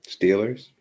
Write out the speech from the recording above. Steelers